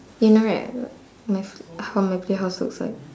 you know right my how my play house looks like